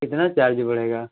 कितना चार्ज बढ़ेगा